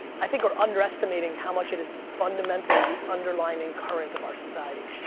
i think are underestimating how much it is fundamentally the underlining current of our society.